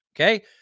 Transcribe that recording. Okay